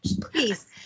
Please